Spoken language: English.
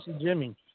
Jimmy